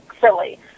silly